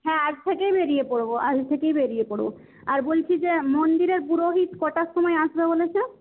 হ্যাঁ আজ থেকেই বেরিয়ে পরব আজ থেকেই বেরিয়ে পরব আর বলছি যে মন্দিরের পুরোহিত কটার সময় আসবে বলেছে